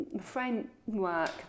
framework